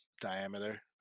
diameter